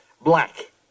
Black